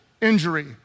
injury